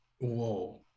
Whoa